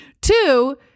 two